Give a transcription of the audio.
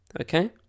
Okay